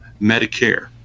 Medicare